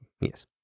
Yes